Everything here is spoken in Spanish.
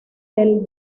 del